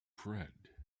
friend